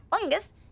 fungus